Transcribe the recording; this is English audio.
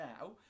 now